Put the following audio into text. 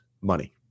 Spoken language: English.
money